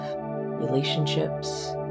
relationships